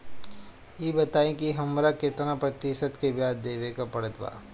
ई बताई की हमरा केतना प्रतिशत के ब्याज देवे के पड़त बा?